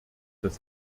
das